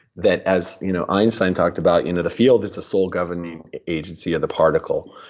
that as you know einstein talked about, you know the field is the sole governing agency of the particle.